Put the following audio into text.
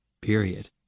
Period